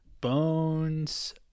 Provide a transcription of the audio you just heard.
Bones